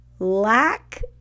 Lack